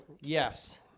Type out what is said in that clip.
yes